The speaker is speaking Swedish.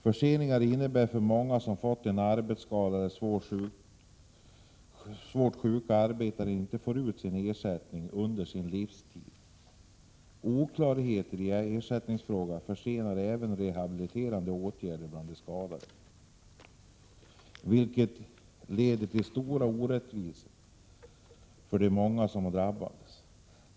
Förseningarna innebär att många svårt sjuka arbetare och många som fått en arbetsskada inte får ut sin ersättning under sin livstid. Oklarhet i ersättningsfrågor försenar även rehabiliterande åtgärder bland de skadade, vilket leder till stora orättvisor för de många som har drabbats.